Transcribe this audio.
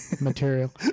material